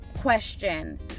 question